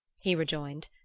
he rejoined.